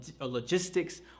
logistics